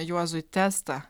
juozui testą